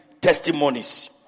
testimonies